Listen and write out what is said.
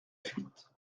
fuite